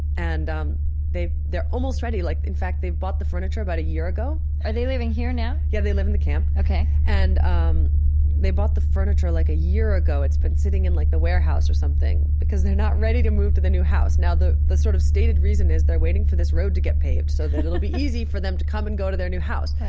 and um they're almost ready. like in fact, they've bought the furniture about a year ago are they living here now? yeah, they live in the camp. and um they bought the furniture like a year ago. it's been sitting in like the warehouse or something because they're not ready to move to the new house. now the the sort of stated reason is they're waiting for this road to get paved so that it will be easy for them to come and go to their new house.